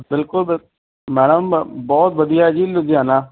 ਬਿਲਕੁਲ ਬਿਲ ਮੈਡਮ ਬਹੁਤ ਵਧੀਆ ਜੀ ਲੁਧਿਆਣਾ